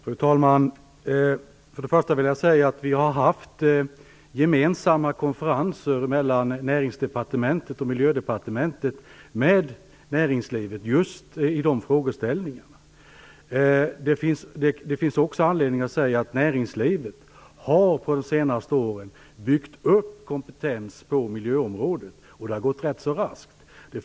Fru talman! För det första vill jag säga att vi har haft gemensamma konferenser mellan Näringsdepartementet, Miljödepartementet och näringslivet just i de frågorna. Det finns också anledning att säga att näringslivet under de senaste åren har byggt upp kompetens på miljöområdet. Det har gått rätt så raskt.